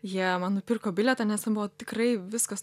jie man nupirko bilietą nes ten buvo tikrai viskas